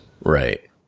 Right